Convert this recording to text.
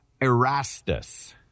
Erastus